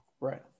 Right